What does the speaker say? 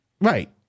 Right